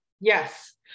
yes